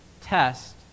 test